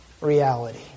reality